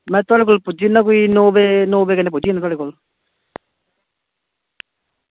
में थुआढ़े कोल पुज्जी जन्ना कोई नौ बजे तगर